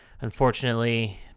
Unfortunately